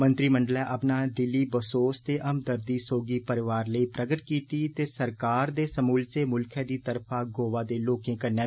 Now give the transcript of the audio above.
मंत्रीमंडलै अपना दिली बसोस ते हमदर्दी सोगी परिवार लेई प्रगट कीता ते सरकार ते समूलचे मुलखै दी तरफा गोवा दे लोकें कन्नै बी